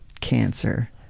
cancer